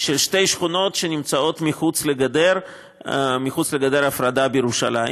של שתי שכונות שנמצאות מחוץ לגדר ההפרדה בירושלים.